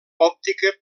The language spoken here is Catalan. òptica